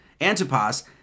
Antipas